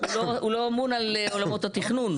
הוא לא אמון על עולמות התכנון.